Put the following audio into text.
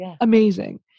amazing